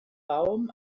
baum